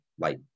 light